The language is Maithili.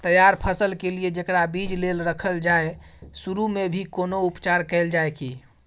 तैयार फसल के लिए जेकरा बीज लेल रखल जाय सुरू मे भी कोनो उपचार कैल जाय की?